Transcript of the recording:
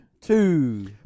Two